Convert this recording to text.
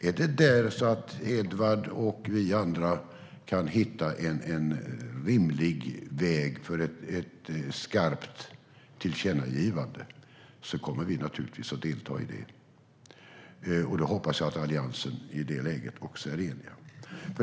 Om Edward Riedl och vi andra kan hitta en rimlig väg för ett skarpt tillkännagivande kommer vi naturligtvis att delta i det. Jag hoppas att Alliansen i det läget också är enig.